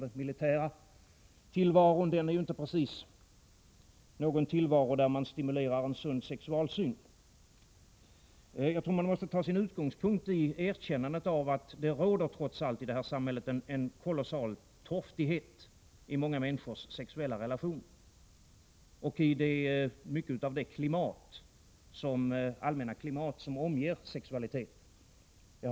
Det har att göra med den starka kommersialismen och dess tendens att separera olika sidor av människans liv från varandra, i stället för att stimulera till upplevandet av en helhet. Det är en sak man måste ta fasta på i uppfostran, i undervisningen — alltifrån dagis och framöver upp i vuxen ålder.